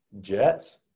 Jets